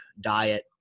diet